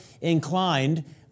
inclined